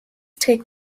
trägt